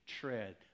tread